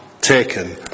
Taken